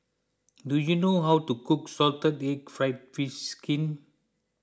do you know how to cook Salted Egg Fried Fish Skin